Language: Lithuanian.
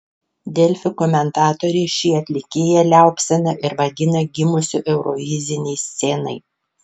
delfi komentatoriai šį atlikėją liaupsina ir vadina gimusiu eurovizinei scenai